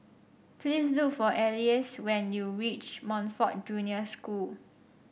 please look for Elease when you reach Montfort Junior School